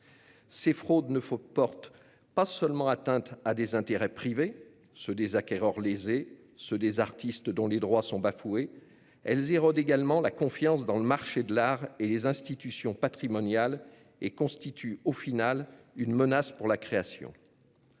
Ces fraudes ne portent pas seulement atteinte à des intérêts privés, ceux des acquéreurs lésés, ceux des artistes dont les droits sont bafoués, elles érodent également la confiance dans le marché de l'art et les institutions patrimoniales et constituent, finalement, une menace pour la création.